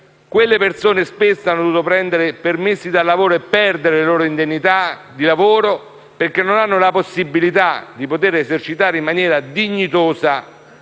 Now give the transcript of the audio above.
sono persone che hanno dovuto prendere dei permessi dal lavoro e perdere indennità di lavoro, perché non hanno possibilità di poter esercitare in maniera dignitosa